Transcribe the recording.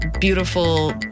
beautiful